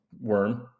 worm